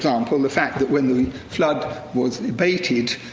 so um but um the fact that when the flood was abated,